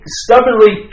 stubbornly